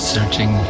Searching